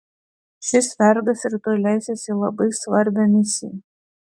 šis vergas rytoj leisis į labai svarbią misiją